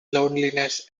loneliness